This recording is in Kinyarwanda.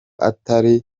atari